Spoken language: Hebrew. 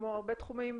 כמו הרבה תחומים